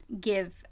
give